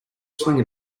swing